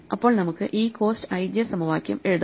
അപ്പോൾ നമുക്ക് ഈ കോസ്റ്റ് ij സമവാക്യം എഴുതാം